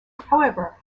however